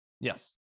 Yes